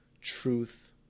truth